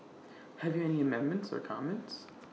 have you any amendments or comments